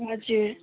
हजुर